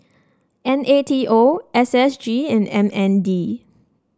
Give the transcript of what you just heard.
N A T O S S G and M N D